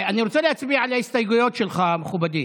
אני רוצה להצביע על ההסתייגויות שלך, מכובדי.